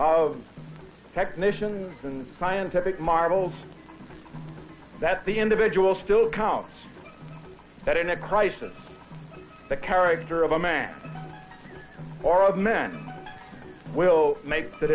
of technicians and scientific marvels that the individual still counts that in a crisis the character of a man or a man will make th